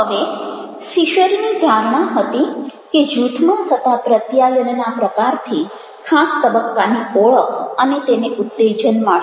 હવે ફિશરની ધારણા હતી કે જૂથમાં થતા પ્રત્યાયનન પ્રકારથી ખાસ તબક્કાની ઓળખ અને તેને ઉત્તેજન મળશે